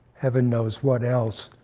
heaven knows what else.